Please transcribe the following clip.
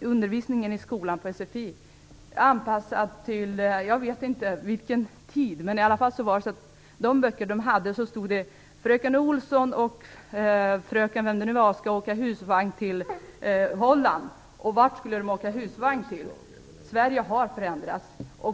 undervisningen i sfi tyvärr var anpassad till en annan tid. I de böcker vi hade stod det att "fröken Olsson skall åka med husvagn till Holland" och "vart skulle fröken Olsson åka med husvagnen". Sverige har förändrats.